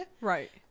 right